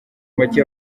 make